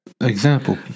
Example